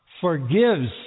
forgives